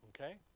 Okay